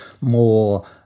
more